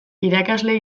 irakasle